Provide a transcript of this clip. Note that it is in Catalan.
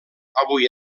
avui